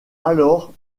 alors